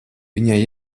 viņai